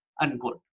unquote